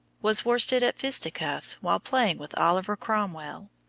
was worsted at fisticuffs while playing with oliver cromwell,